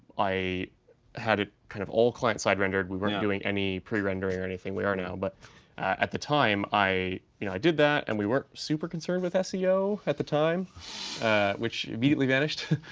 i had it kind of all client side rendered. we weren't doing any pre-rendering or anything. we are now, but at the time i you know i did that, and we weren't super concerned with seo at the time which immediately vanished.